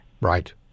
Right